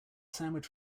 sandwich